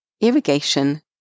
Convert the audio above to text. irrigation